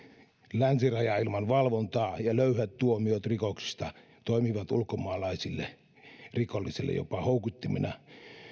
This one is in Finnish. länsiraja ilman valvontaa ja löyhät tuomiot rikoksista toimivat ulkomaalaisille rikollisille jopa houkuttimina